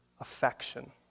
affection